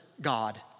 God